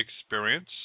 experience